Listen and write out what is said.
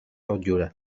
motllura